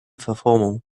verformung